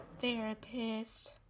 therapist